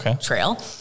Trail